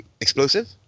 explosive